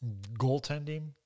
goaltending